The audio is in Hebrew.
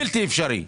בלתי אפשרי.